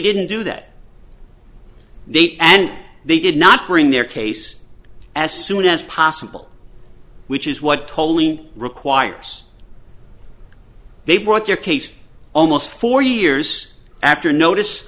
didn't do that date and they did not bring their case as soon as possible which is what tolling requires they brought their case almost four years after notice